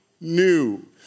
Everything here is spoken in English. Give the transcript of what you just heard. new